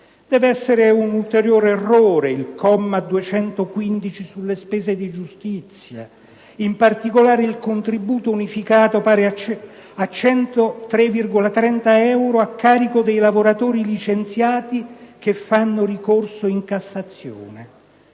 Deve essere un ulteriore errore il comma 215 sulle spese di giustizia, in particolare il contributo unificato pari a 103,3 euro a carico dei lavoratori licenziati che fanno ricorso in Cassazione.